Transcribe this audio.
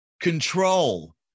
Control